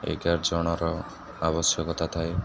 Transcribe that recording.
ଏଗାର ଜଣର ଆବଶ୍ୟକତା ଥାଏ